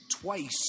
twice